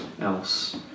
else